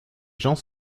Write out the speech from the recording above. gens